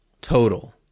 Total